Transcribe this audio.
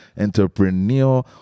entrepreneur